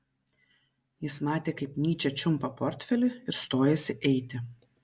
jis matė kaip nyčė čiumpa portfelį ir stojasi eiti